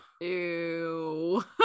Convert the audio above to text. Ew